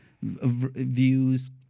views